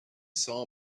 saw